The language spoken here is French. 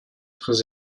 très